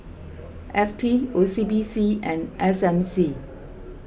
F T O C B C and S M C